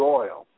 oil